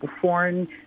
foreign